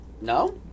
No